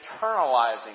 internalizing